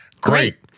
Great